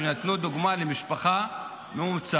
שבה נתנו דוגמה למשפחה ממוצעת.